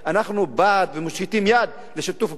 אנחנו בעד ומושיטים יד לשיתוף פעולה,